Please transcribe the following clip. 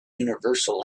universal